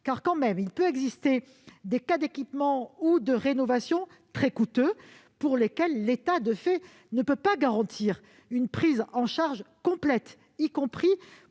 Il peut en effet exister des cas d'équipement ou de rénovation très coûteux, pour lesquels l'État ne peut pas garantir une prise en charge complète, y compris